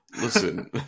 Listen